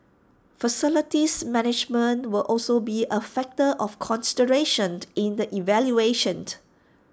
facilities management will also be A factor of consideration in the evaluation